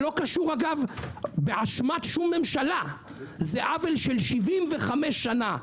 שלא קשור באשמת שום ממשלה - זה עוול של 75 שנה.